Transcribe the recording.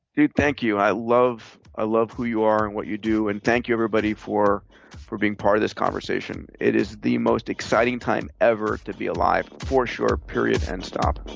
thank you, i love i love who you are and what you do, and thank you, everybody, for for being part of this conversation. it is the most exciting time ever to be alive. for sure. period. and stop